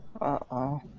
Uh-oh